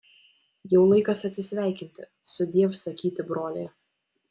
jau laikas atsisveikinti sudiev sakyti broliai